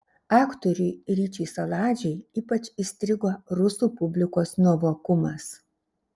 aktoriui ryčiui saladžiui ypač įstrigo rusų publikos nuovokumas